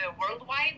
worldwide